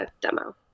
demo